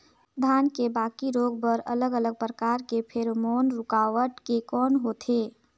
धान के बाकी रोग बर अलग अलग प्रकार के फेरोमोन रूकावट के कौन होथे?